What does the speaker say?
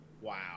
Wow